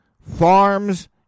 Farms